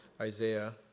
Isaiah